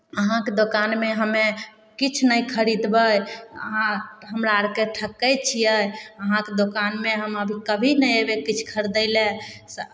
अहाँके दोकानमे हमे किछु नहि खरीदबै अहाँ हमरा आरकेँ ठकै छियै अहाँके दोकानमे हम आब कभी नहि एबै किछु खरीदै लए